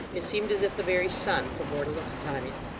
it seemed as if the very sun forbore to look upon it.